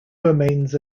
remains